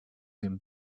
him